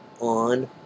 on